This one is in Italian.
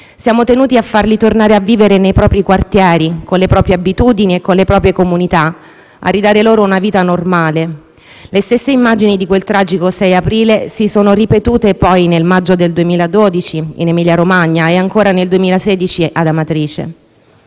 Siamo tenuti a farli tornare a vivere nei propri quartieri, con le proprie abitudini e con le proprie comunità, a ridare loro una vita normale. Le stesse immagini di quel tragico 6 aprile si sono ripetute poi nel maggio del 2012 in Emilia-Romagna e, ancora, nel 2016 ad Amatrice.